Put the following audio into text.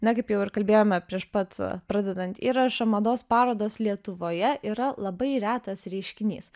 na kaip jau ir kalbėjome prieš pat pradedant įrašą mados parodos lietuvoje yra labai retas reiškinys